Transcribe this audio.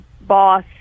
boss